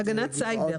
סייבר.